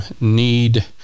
need